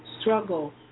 struggle